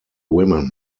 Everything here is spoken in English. women